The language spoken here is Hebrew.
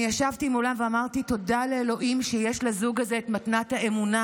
אני ישבתי מולם ואמרתי: תודה לאלוהים שיש לזוג הזה את מתנת האמונה,